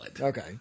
Okay